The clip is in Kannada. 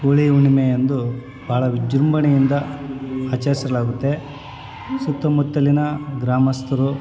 ಹೋಳಿ ಹುಣ್ಣಿಮೆ ಅಂದು ಭಾಳ ವಿಜೃಂಭಣೆಯಿಂದ ಆಚರಿಸಲಾಗುತ್ತೆ ಸುತ್ತಮುತ್ತಲಿನ ಗ್ರಾಮಸ್ಥರು